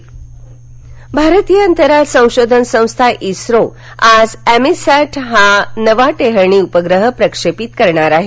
इस्रो भारतीय अंतराळ संशोधन संस्था इस्रो आज एमीसॅट हा नवा टेहळणी उपग्रह प्रक्षेपित करणार आहे